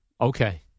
Okay